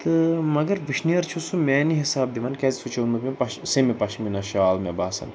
تہٕ مگر وُشنیر چھُ سُہ میٛانہِ حِسابہٕ دِوان کیٛازِ سُہ چھُ اوٚنمُت مےٚ پَش سیٚمہِ پَشمیٖنہ شال مےٚ باسان